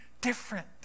different